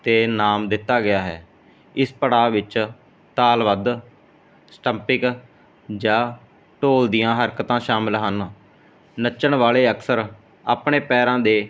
'ਤੇ ਨਾਮ ਦਿੱਤਾ ਗਿਆ ਹੈ ਇਸ ਪੜਾਅ ਵਿੱਚ ਤਾਲ ਵੱਧ ਸਟੰਪਿਕ ਜਾਂ ਢੋਲ ਦੀਆਂ ਹਰਕਤਾਂ ਸ਼ਾਮਲ ਹਨ ਨੱਚਣ ਵਾਲੇ ਅਕਸਰ ਆਪਣੇ ਪੈਰਾਂ ਦੇ